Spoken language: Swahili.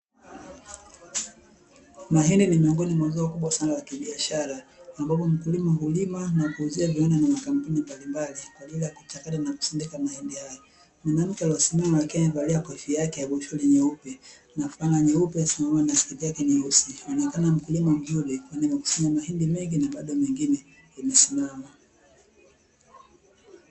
Mahindi ni miongoni mwa zao kubwa sana la kibiashara, ambapo mkulima hulima na kuuzia viwanda na makampuni mbalimbali, kwa ajili ya kuchakata na kusindika mahindi hayo. Mwanamke aliyesimama akiwa amevalia kofia yake ya boshori nyeupe na fulana nyeupe, sketi yake nyeusi, anaonekana mkulima mzuri, amekusanya mahindi mengi na bado mengine yamesimama.